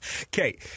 Okay